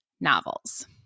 novels